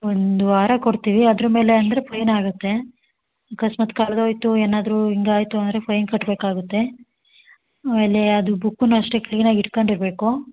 ಒಂದು ವಾರ ಕೊಡ್ತೀವಿ ಅದ್ರ ಮೇಲೆ ಅಂದರೆ ಫೈನ್ ಆಗುತ್ತೆ ಆಕಸ್ಮಾತ್ ಕಳೆದೋಯ್ತು ಏನಾದರೂ ಹಿಂಗ್ ಆಯಿತು ಅಂದರೆ ಫೈನ್ ಕಟ್ಟಬೇಕಾಗುತ್ತೆ ಆಮೇಲೆ ಅದು ಬುಕ್ಕನ್ನೂ ಅಷ್ಟೇ ಕ್ಲೀನ್ ಆಗಿ ಇಟ್ಕೊಂಡಿರ್ಬೇಕು